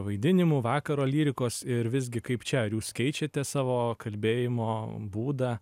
vaidinimų vakaro lyrikos ir visgi kaip čia ar jūs keičiate savo kalbėjimo būdą